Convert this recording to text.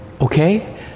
Okay